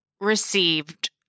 received